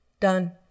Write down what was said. Done